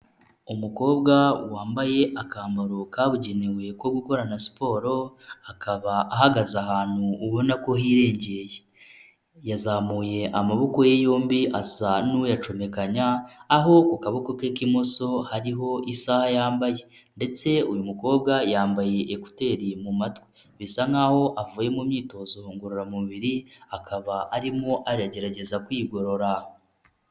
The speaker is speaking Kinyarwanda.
Umukobwa wambaye akambaro kabugenewe ko gukorana siporo akaba ahagaze ahantu ubona ko hirengeye, yazamuye amaboko ye yombi asa n'uyacomekanya aho ku kaboko ke k'imoso hariho isaha yambaye ndetse uyu mukobwa yambaye ekuteri mu matwi bisa nkaho avuye mu myitozo ngororamubiri akaba arimo aragerageza kwigorora.